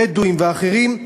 בדואים ואחרים,